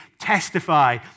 testify